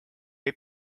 või